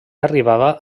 arribava